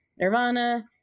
Nirvana